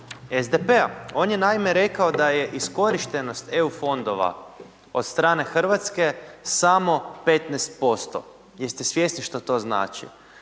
SDP-a, on je naime rekao da je iskorištenost EU fondova od strane Hrvatske samo 15%, jeste svjesni što to znači.